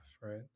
right